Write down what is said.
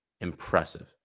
Impressive